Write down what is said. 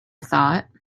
thought